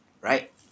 Right